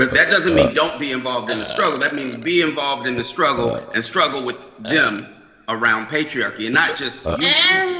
that doesn't mean don't be involved in the struggle. that means be involved in the struggle and struggle with them around patriarchy. and not just yeah